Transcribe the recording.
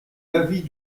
l’avis